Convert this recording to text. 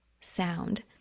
sound